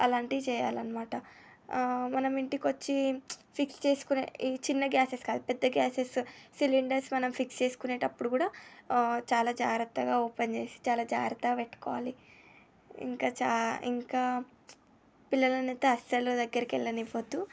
అలాంటివి చేయాలన్నమాట ఆ మనం ఇంటికి వచ్చి ఫిక్స్ చేసుకునే చిన్ని గ్యాసెస్ కాదు పెద్ద గ్యాసెస్ సిలిండర్స్ మనం ఫిక్స్ చేసుకునేటప్పుడు కూడా చాలా జాగ్రత్తగా ఓపెన్ చేసి చాలా జాగ్రత్తగా పెట్టుకోవాలి ఇంకా చా ఇంకా పిల్లలనయితే అస్సలు దగ్గరికి వెళ్ళనివ్వద్దు